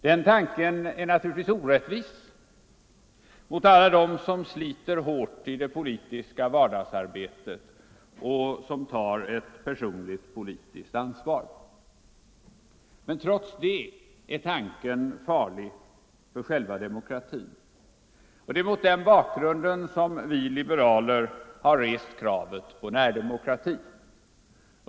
Den tanken är naturligtvis orättvis mot alla dem som sliter hårt i det politiska vardagsarbetet och som tar ett personligt ansvar. Men trots det är tanken farlig för själva demokratin. Och det är mot denna bakgrund som vi liberaler har rest kravet på närdemokrati.